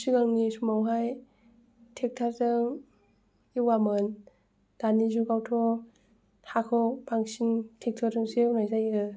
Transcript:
सिगांनि समावहाय टेक्थरजों एवामोन दानि जुगावथ' हाखौ बांसिन टेक्थरजोंसो एवनाय जायो